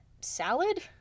salad